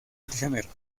prisioneros